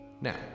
Now